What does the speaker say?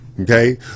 okay